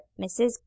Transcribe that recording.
mrs